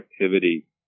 activity